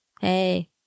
Hey